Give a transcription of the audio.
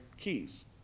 keys